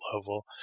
level